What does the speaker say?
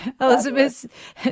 Elizabeth